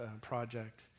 project